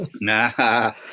nah